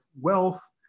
wealth